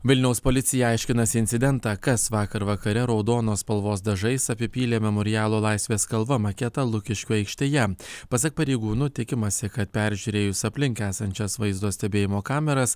vilniaus policija aiškinasi incidentą kas vakar vakare raudonos spalvos dažais apipylė memorialo laisvės kalva maketą lukiškių aikštėje pasak pareigūnų tikimasi kad peržiūrėjus aplink esančias vaizdo stebėjimo kameras